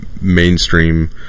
mainstream